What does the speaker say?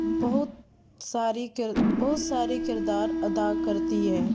بہت ساری کر بہت ساری کردار ادا کرتی ہے